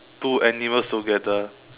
two animals together